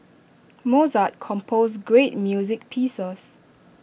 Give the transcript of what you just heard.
Mozart composed great music pieces